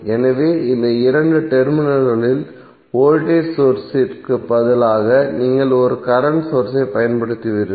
எனவே இந்த இரண்டு டெர்மினல்களில் வோல்டேஜ் சோர்ஸ் இற்கு பதிலாக நீங்கள் ஒரு கரண்ட் சோர்ஸ் ஐப் பயன்படுத்துவீர்கள்